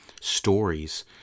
stories